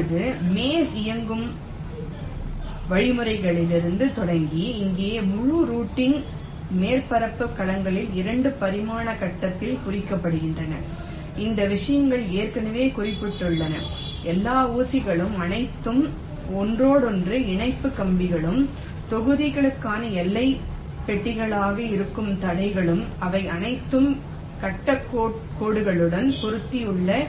இப்போது மேஸ் இயங்கும் வழிமுறைகளிலிருந்து தொடங்கி இங்கே முழு ரூட்டிங் மேற்பரப்பும் கலங்களின் 2 பரிமாண கட்டத்தால் குறிக்கப்படுகிறது இந்த விஷயங்கள் ஏற்கனவே குறிப்பிடப்பட்டுள்ளன எல்லா ஊசிகளும் அனைத்து ஒன்றோடொன்று இணைப்புக் கம்பிகளும் தொகுதிகளுக்கான எல்லைப் பெட்டிகளாக இருக்கும் தடைகளும் அவை அனைத்தும் கட்டக் கோடுகளுடன் பொருந்தியுள்ளன